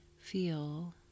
Feel